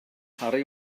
harri